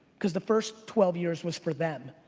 cause the first twelve years was for them.